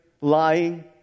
lying